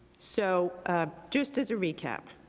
so just as a recap.